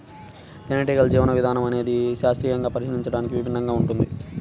తేనెటీగల జీవన విధానం అనేది శాస్త్రీయంగా పరిశీలించడానికి విభిన్నంగా ఉంటుంది